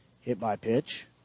hit-by-pitch